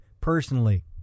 personally